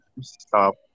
Stop